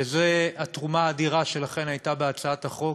שזו התרומה האדירה שלכן בהצעת החוק.